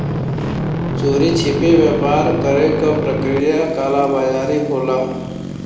चोरी छिपे व्यापार करे क प्रक्रिया कालाबाज़ारी होला